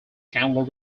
chandler